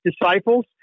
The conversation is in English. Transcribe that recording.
disciples